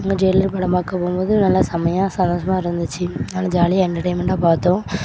அங்கே ஜெய்லர் படம் பார்க்க போகும்போது நல்லா செமையாக சந்தோஸமாக இருந்துச்சு நல்ல ஜாலியாக என்டர்டைமெண்ட்டாக பார்த்தோம்